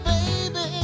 Baby